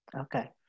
Okay